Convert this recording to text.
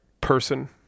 person